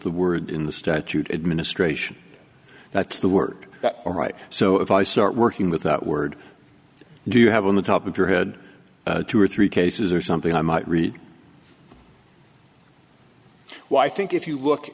the word in the statute administration that's the word alright so if i start working with that word do you have on the top of your head two or three cases or something i might read why i think if you look